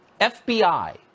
FBI